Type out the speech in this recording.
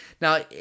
Now